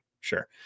Sure